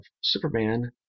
Superman